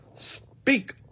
Speak